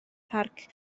parc